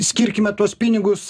skirkime tuos pinigus